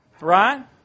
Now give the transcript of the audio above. Right